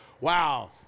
wow